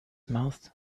mouths